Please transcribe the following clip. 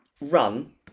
run